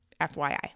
FYI